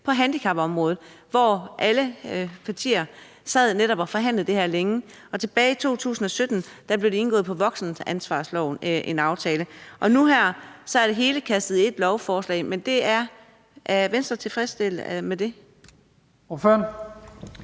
på handicapområdet, hvor alle partier netop sad og forhandlede det her længe, og tilbage i 2017 blev der i forbindelse med voksenansvarsloven indgået en aftale, og nu her er det hele kastet i et lovforslag. Er Venstre tilfreds med det?